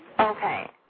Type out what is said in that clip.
Okay